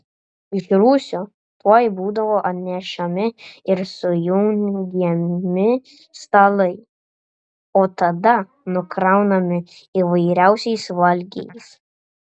iš rūsio tuoj būdavo atnešami ir sujungiami stalai o tada nukraunami įvairiausiais valgiais